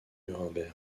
nuremberg